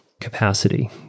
capacity